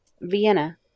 Vienna